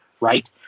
right